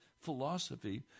philosophy